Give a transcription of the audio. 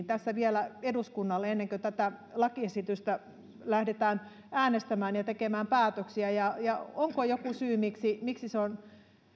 tässä eduskunnalle ennen kuin tätä lakiesitystä lähdetään äänestämään ja tekemään päätöksiä että miten tämä luku valittiin onko joku syy miksi miksi se on